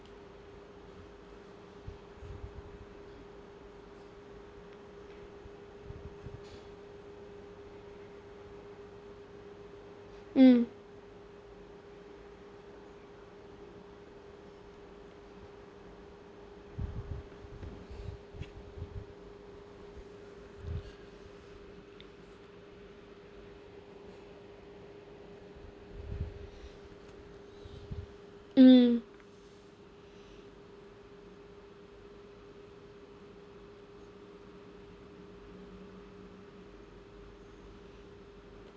mm mm